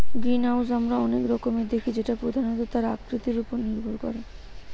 greenhouse আমরা অনেক রকমের দেখি যেটা প্রধানত তার আকৃতি উপর নির্ভর করে